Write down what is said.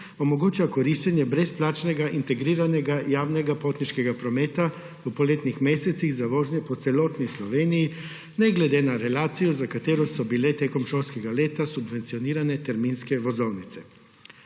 omogoča koriščenje brezplačnega integriranega javnega potniškega prometa v poletnih mesecih za vožnje po celotni Sloveniji ne glede na relacijo, za katero so bile med šolskim letom subvencionirane terminske vozovnice.